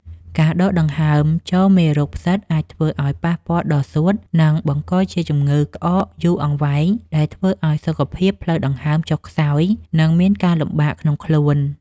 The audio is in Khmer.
ការដកដង្ហើមចូលមេរោគផ្សិតអាចធ្វើឱ្យប៉ះពាល់ដល់សួត និង បង្កជាជំងឺក្អកយូរអង្វែងដែលធ្វើឱ្យសុខភាពផ្លូវដង្ហើមចុះខ្សោយ និង មានការលំបាកក្នុងខ្លួន។